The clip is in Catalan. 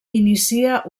inicia